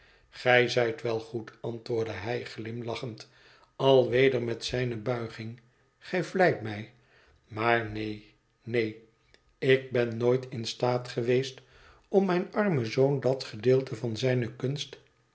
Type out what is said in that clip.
gij zijt wel goed antwoordde hij glimlachend alweder met zijne buiging gij vleit mij maar neen neen ik ben nooit in staat geweest om mijn armen zoon dat gedeelte van zijne kunst